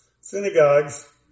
Synagogues